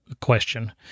question